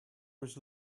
was